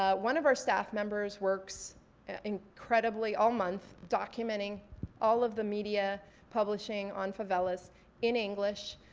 ah one of our staff members works incredibly, all month, documenting all of the media publishing on favelas in english.